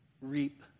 reap